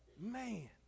man